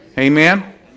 Amen